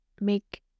make